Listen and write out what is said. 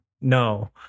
No